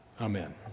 amen